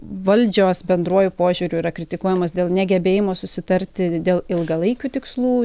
valdžios bendruoju požiūriu yra kritikuojamas dėl negebėjimo susitarti dėl ilgalaikių tikslų